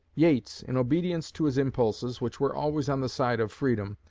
yates, in obedience to his impulses, which were always on the side of freedom,